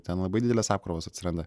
ten labai didelės apkrovos atsiranda